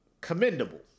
commendable